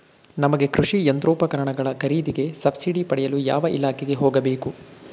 ನಮಗೆ ಕೃಷಿ ಯಂತ್ರೋಪಕರಣಗಳ ಖರೀದಿಗೆ ಸಬ್ಸಿಡಿ ಪಡೆಯಲು ಯಾವ ಇಲಾಖೆಗೆ ಹೋಗಬೇಕು?